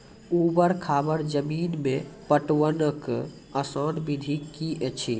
ऊवर खाबड़ जमीन मे पटवनक आसान विधि की ऐछि?